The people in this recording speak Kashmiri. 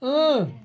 اۭں